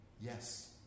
Yes